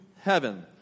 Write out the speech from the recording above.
heaven